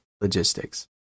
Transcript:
logistics